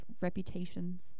reputations